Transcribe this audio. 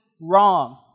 wrong